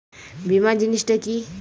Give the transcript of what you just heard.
বীমা জিনিস টা কি?